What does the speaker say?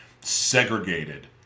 segregated